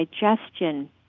digestion